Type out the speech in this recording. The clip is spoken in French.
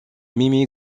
mimi